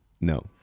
No